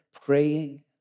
praying